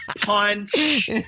Punch